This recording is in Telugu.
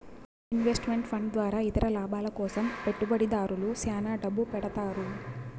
ఇన్వెస్ట్ మెంట్ ఫండ్ ద్వారా ఇతర లాభాల కోసం పెట్టుబడిదారులు శ్యాన డబ్బు పెడతారు